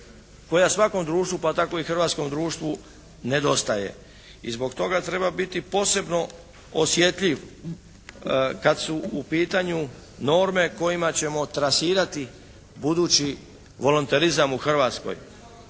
koja svakom društvu pa tako i hrvatskom društvu nedostaje i zbog toga treba biti posebno osjetljiv kad su u pitanju norme kojima ćemo trasirati budući volonterizam u Hrvatskoj.